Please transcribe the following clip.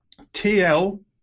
tl